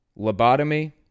Lobotomy